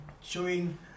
showing